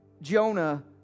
Jonah